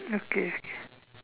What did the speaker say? okay